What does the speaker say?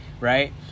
right